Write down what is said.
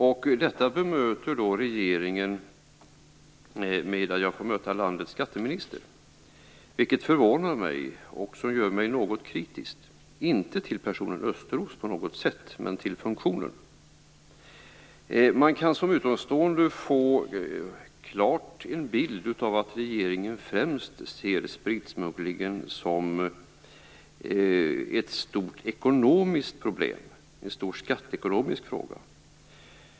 Jag får emellertid debattera detta med landets skatteminister, vilket förvånar mig och gör mig något kritisk, inte på något sätt till personen Östros utan till funktionen. Som utomstående kan man få en klar bild av att regeringen främst ser spritsmugglingen som ett stort ekonomiskt problem - en stor skatteekonomisk fråga.